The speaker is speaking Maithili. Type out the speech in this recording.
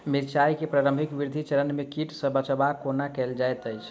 मिर्चाय केँ प्रारंभिक वृद्धि चरण मे कीट सँ बचाब कोना कैल जाइत अछि?